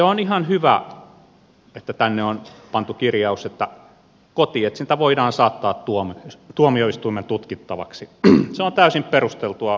on ihan hyvä että tänne on pantu kirjaus että kotietsintä voidaan saattaa tuomioistuimen tutkittavaksi se on täysin perusteltua